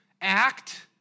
act